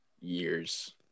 years